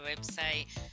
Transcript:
website